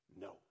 no